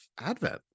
Advent